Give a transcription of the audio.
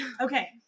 Okay